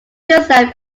yourself